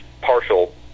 partial